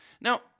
Now